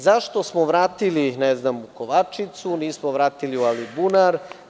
Zašto smo vratili, ne znam, u Kovačicu a nismo u Alibunar?